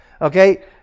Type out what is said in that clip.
Okay